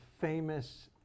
famous